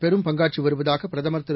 பெரும் பங்காற்றி வருவதாக பிரதமர் திரு